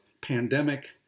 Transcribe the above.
pandemic